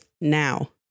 now